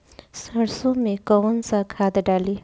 सरसो में कवन सा खाद डाली?